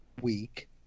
week